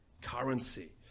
currency